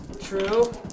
True